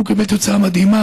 הוא קיבל תוצאה מדהימה,